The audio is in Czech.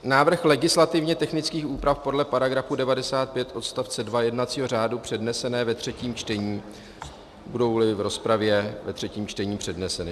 Návrh legislativně technických úprav podle § 95 odst. 2 jednacího přednesené ve třetím čtení, budouli v rozpravě ve třetím čtení předneseny.